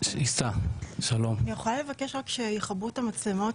אני יכולה לבקש רק שיכבו את המצלמות?